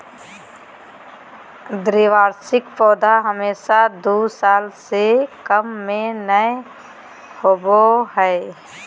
द्विवार्षिक पौधे हमेशा दू साल से कम में नयय होबो हइ